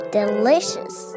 delicious